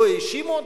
לא האשימו אותנו?